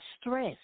stress